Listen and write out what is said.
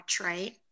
right